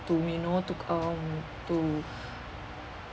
to me you know to um to